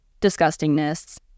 disgustingness